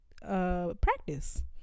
Practice